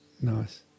Nice